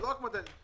זה לא רק 200 אנשים.